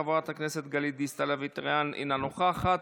חבר הכנסת בצלאל סמוטריץ' אינו נוכח,